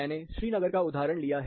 मैंने श्रीनगर का उदाहरण लिया है